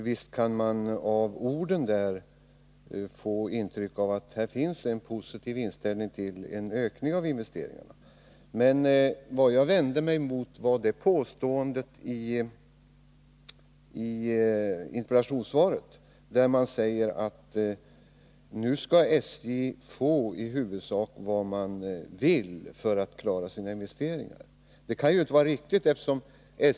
Visst kan man av ordalydelsen i sparplanen få intrycket att det finns en positiv inställning när det gäller en ökning av investeringarna, men det jag vände mig emot var påståendet i interpellationssvaret att SJ skall få i huvudsak det man begär för att klara sina investeringar. Det kan ju inte vara riktigt.